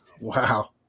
Wow